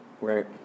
Right